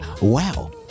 Wow